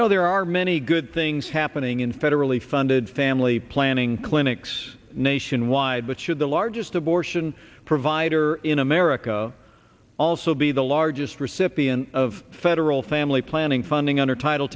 know there are many good things happening in federally funded family planning clinics nationwide but should the largest abortion provider in america also be the largest recipient of federal family planning funding under title